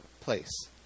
place